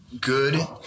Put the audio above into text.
good